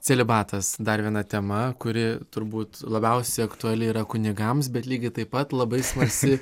celibatas dar viena tema kuri turbūt labiausiai aktuali yra kunigams bet lygiai taip pat labai smalsi